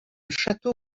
château